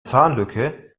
zahnlücke